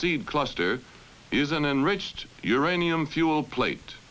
seed cluster is an enriched uranium fuel plate